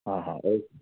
हाँ हाँ ओ के